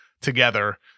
together